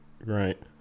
right